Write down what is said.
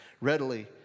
Readily